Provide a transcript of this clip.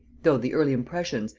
though the early impressions,